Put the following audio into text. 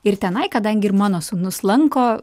ir tenai kadangi ir mano sūnus lanko